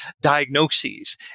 diagnoses